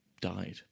died